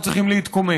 אנחנו צריכים להתקומם.